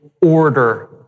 order